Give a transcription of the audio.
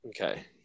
Okay